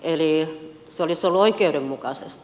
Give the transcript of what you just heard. eli se olisi ollut oikeudenmukaisesti